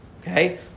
Okay